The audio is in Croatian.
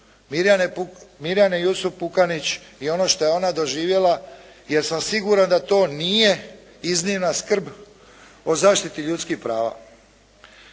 Mirjane Jusup Pukanić i ono što je ona doživjela jer sam siguran da to nije iznimna skrb o zaštiti ljudskih prava.